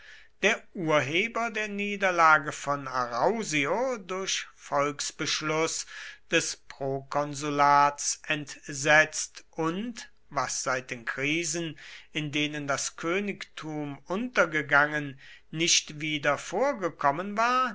der urheber der niederlage von arausio durch volksbeschluß des prokonsulats entsetzt und was seit den krisen in denen das königtum untergegangen nicht wieder vorgekommen war